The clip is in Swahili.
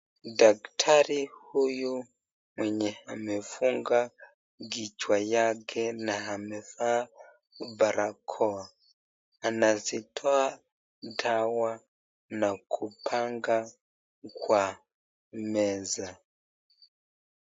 Daktari huyu mwenye amefunga kichwa yake na amevaa barakoa. Anazitoa dawa na kupanga kwa meza.